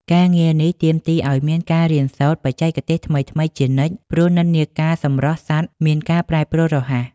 ការងារនេះទាមទារឱ្យមានការរៀនសូត្របច្ចេកទេសថ្មីៗជានិច្ច ព្រោះនិន្នាការសម្រស់សត្វមានការប្រែប្រួលរហ័ស។